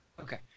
Okay